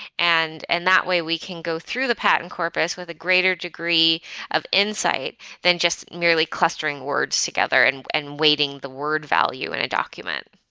and and that way we can go through the patton corpus with a greater degree of insight than just merely clustering words together and and waiting the word value in a document.